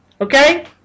Okay